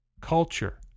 culture